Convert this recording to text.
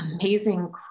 amazing